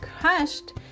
crushed